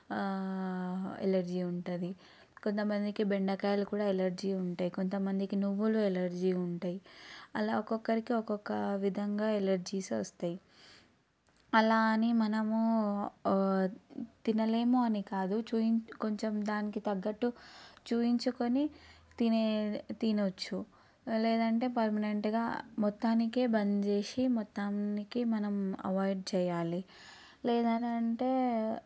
allergy ఉంటుంది కొంత మందికి బెండకాయలు కూడా ఎలర్జీ ఉంటాయి కొంత మందికి నువ్వులు ఎలర్జీ ఉంటాయి అలా ఒక్కొక్కరికి ఒక్కొక్క విధంగా ఎలర్జీస్ వస్తాయి అలా అని మనము తినలేము అని కాదు చూయిం కొంచెం దానికి తగ్గట్టు చూపించుకొని తినే తినవచ్చు లేదంటే పర్మినెంట్గా మొత్తానికే బంద్ చేసి మొత్తానికి మనం అవాయిడ్ చేయాలి లేదా అని అంటే